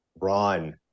run